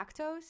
lactose